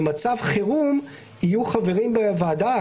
ב"מצב חירום" יהיו חברים בוועדה,